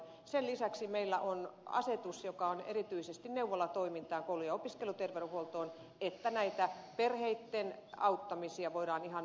sen lisäksi meillä on asetus joka on erityisesti neuvolatoimintaan koulu ja opiskeluterveydenhuoltoon että perheitten auttamista voidaan ihan